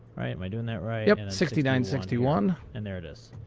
right? am i doing that right? yeah, sixty nine, sixty one. and there it is.